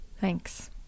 Thanks